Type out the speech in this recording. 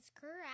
correct